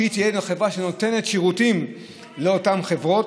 שתהיה גם חברה שנותנת שירותים לאותן חברות,